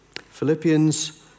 Philippians